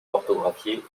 orthographié